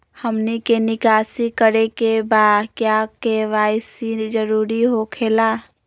हमनी के निकासी करे के बा क्या के.वाई.सी जरूरी हो खेला?